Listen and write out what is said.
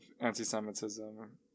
anti-Semitism